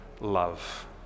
love